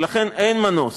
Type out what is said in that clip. ולכן אין מנוס,